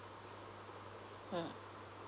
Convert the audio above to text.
mm